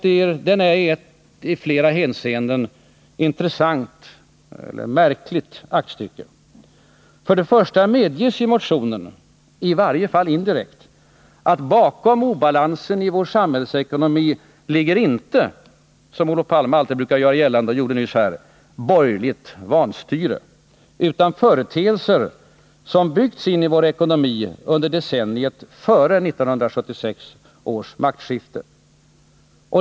Den är ett i flera hänseenden intressant — för att inte säga märkligt — aktstycke. För det första medges i motionen, i varje fall indirekt, att bakom obalansen i vår samhällsekonomi ligger inte — som Olof Palme alltid brukar göra gällande, vilket han gjorde också i dag — ”borgerligt vanstyre” utan företeelser som byggts in i vår ekonomi under decenniet före 1976 års maktskifte.